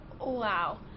Wow